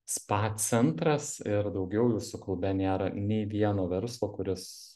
spa centras ir daugiau jūsų klube nėra nei vieno verslo kuris